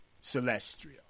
celestial